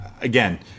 again